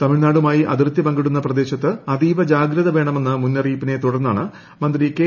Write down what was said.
തമിഴ്നാടുമായി അതിർത്തി പങ്കിടുന്ന പ്രദേശത്ത് അതീവ ജാഗ്രത വേണ്മെന്ന് മുന്നറിയിപ്പിനെ തുടർന്നാണ് മന്ത്രി കെ